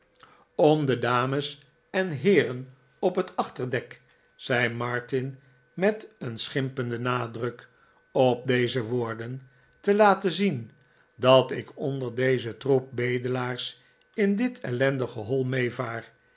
om de dames en heeren op het achterdek zei martin met een schimpenden nama arte n chuzzlewit druk op deze woorden r te laten zien r dat ik onder dezen troep bedelaars in dit ellendige